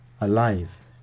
alive